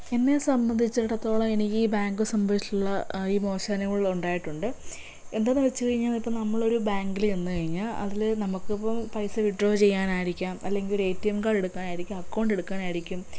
എന്നെ സംബന്ധിച്ചിടത്തോളം എനിക്ക് ബാങ്ക് സംബന്ധിച്ചുള്ള ഈ മോശം അനുഭവങ്ങളുണ്ടായിട്ടുണ്ട് എന്താന്ന് വച്ച് കഴിഞ്ഞാൽ ഇപ്പം നമ്മളൊരു ബാങ്കിൽ ചെന്ന് കഴിഞ്ഞാൽ അതിൽ നമുക്ക് ഇപ്പം പൈസ വിഡ്രോ ചെയ്യാനായിരിക്കാം അല്ലങ്കിൽ ഒരു എ ടി എം കാർഡ് എടുക്കാനായിരിക്കും അക്കൗണ്ട് എടുക്കാനായിരിക്കും